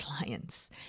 clients